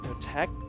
Attack